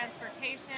transportation